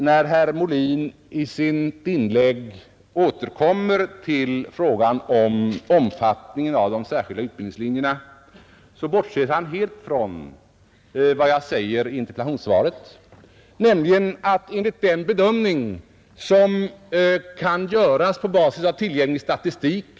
När herr Molin i sitt inlägg återkommer till frågan om omfattningen av de särskilda utbildningslinjerna, bortser han helt från vad jag säger i interpellationssvaret. Jag hänvisar där till den bedömning som kan göras på basis av tillgänglig statistik.